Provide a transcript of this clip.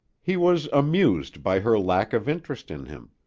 he was amused by her lack of interest in him.